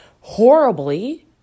horribly